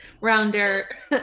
rounder